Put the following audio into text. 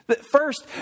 First